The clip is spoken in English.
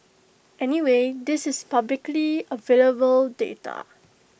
anyway this is publicly available data